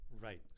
Right